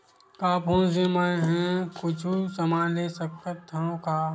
का फोन से मै हे कुछु समान ले सकत हाव का?